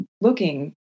looking